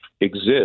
exist